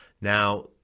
Now